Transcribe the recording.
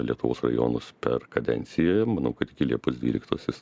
lietuvos rajonus per kadenciją ir manau kad iki liepos dvyliktosios